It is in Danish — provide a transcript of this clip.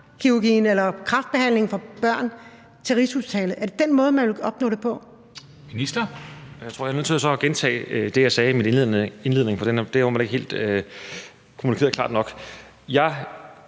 man vil flytte kræftbehandlingen for børn til Rigshospitalet på? Er det den måde, man vil opnå det på?